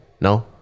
no